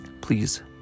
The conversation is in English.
please